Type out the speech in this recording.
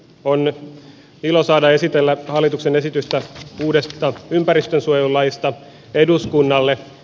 on ilo saada esitellä hallituksen esitystä uudesta ympäristönsuojelulaista eduskunnalle